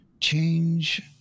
change